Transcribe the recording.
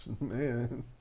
man